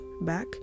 back